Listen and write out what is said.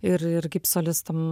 ir ir kaip solistam